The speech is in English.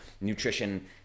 nutrition